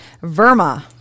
Verma